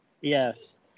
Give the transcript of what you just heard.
Yes